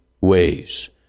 ways